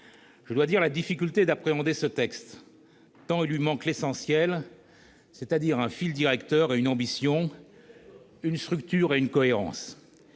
Je dois dire la difficulté d'appréhender ce texte, tant il lui manque l'essentiel, c'est-à-dire un fil directeur et une ambition, une structure et une cohérence.